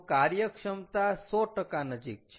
તો કાર્યક્ષમતા 100 નજીક છે